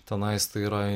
tenais tai yra